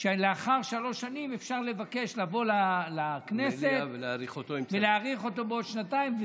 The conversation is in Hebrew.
שלאחר שלוש שנים אפשר לבוא לכנסת ולבקש להאריך אותו בעוד שנתיים.